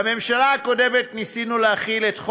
בממשלה הקודמת ניסינו להחיל על הקרן